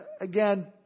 again